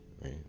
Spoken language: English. right